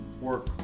work